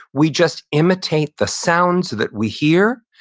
we just imitate the sounds that we hear.